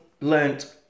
learnt